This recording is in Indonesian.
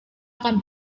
akan